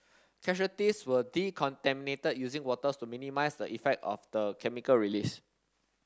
casualties were decontaminated using waters to minimise the effect of the chemical release